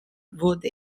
wurde